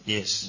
Yes